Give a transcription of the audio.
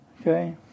Okay